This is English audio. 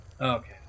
Okay